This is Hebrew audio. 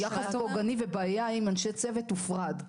שיחס פוגעני ובעיה עם אנשי צוות הופרד.